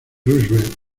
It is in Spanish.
roosevelt